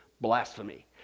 blasphemy